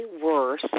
worse